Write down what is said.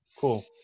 Cool